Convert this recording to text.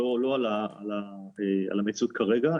לא על המציאות כרגע,